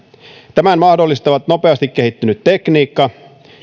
tämän mahdollistavat nopeasti kehittynyt tekniikka